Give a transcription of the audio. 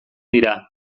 dira